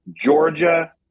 Georgia